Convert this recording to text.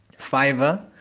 Fiverr